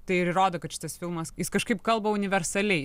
tai ir rodo kad šitas filmas jis kažkaip kalba universaliai